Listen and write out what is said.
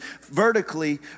vertically